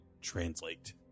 translate